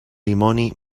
dimoni